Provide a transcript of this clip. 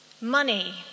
Money